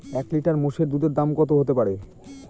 এক লিটার মোষের দুধের দাম কত হতেপারে?